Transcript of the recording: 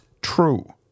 true